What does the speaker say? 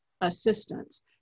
assistance